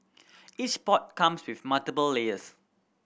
each pot comes with multiple layers